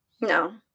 No